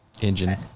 engine